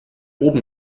oben